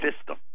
system